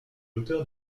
auteure